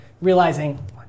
realizing